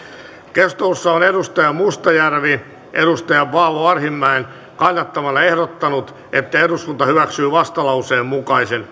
keskustelussa on markus mustajärvi paavo arhinmäen kannattamana ehdottanut että eduskunta hyväksyy vastalauseen mukaisen